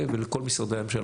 ולכל משרדי הממשלה.